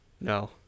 No